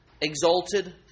Exalted